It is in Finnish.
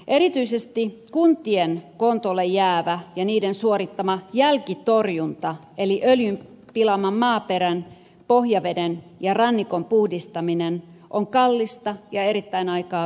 erityisesti kuntien kontolle jäävä ja niiden suorittama jälkitorjunta eli öljyn pilaaman maaperän pohjaveden ja rannikon puhdistaminen on kallista ja erittäin aikaavievää